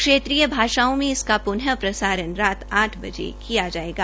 श्रेत्रीय भाषाओं में इसका पुन प्रसारण रात आठ बजे किया जायेगा